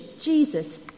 Jesus